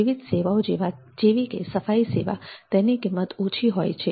વિવિધ સેવાઓ જેવી કે સફાઈ સેવા તેની કિંમત ઓછી હોય છે